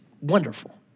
wonderful